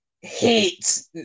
hate